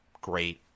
great